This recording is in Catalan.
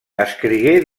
escrigué